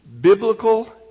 biblical